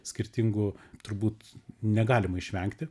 skirtingų turbūt negalima išvengti